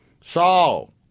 Saul